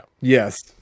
Yes